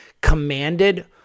commanded